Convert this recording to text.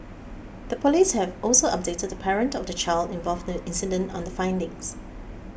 the police have also updated the parent of the child involved in the incident on the findings